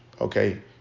Okay